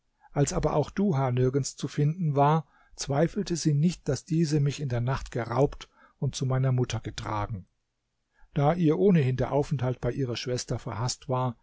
als aber auch duha nirgends zu finden war zweifelte sie nicht daß diese mich in der nacht geraubt und zu meiner mutter getragen da ihr ohnehin der aufenthalt bei ihrer schwester verhaßt war